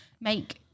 make